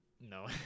No